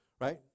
Right